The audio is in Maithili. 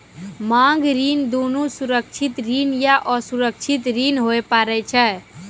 मांग ऋण दुनू सुरक्षित ऋण या असुरक्षित ऋण होय पारै छै